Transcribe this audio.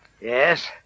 yes